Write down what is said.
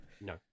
No